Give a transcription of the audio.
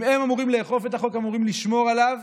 הם אמורים לאכוף את החוק, אמורים לשמור עליו